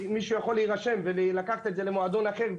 שמישהו יכול להירשם ולקחת את זה למועדון אחר,